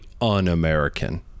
un-American